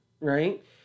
right